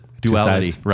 duality